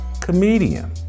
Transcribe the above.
comedian